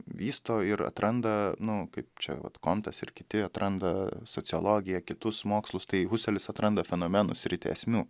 vysto ir atranda nu kaip čia vat kontas ir kiti atranda sociologiją kitus mokslus tai huselis atranda fenomenų sritį esmių